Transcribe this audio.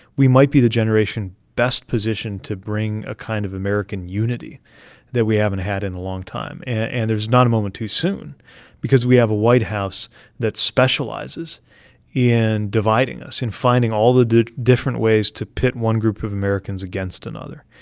we might be the generation best positioned to bring a kind of american unity that we haven't had in a long time and there's not a moment too soon because we have a white house that specializes in dividing us and finding all the different ways to pit one group of americans against another.